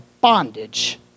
bondage